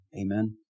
Amen